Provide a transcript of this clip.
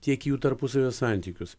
tiek į jų tarpusavio santykius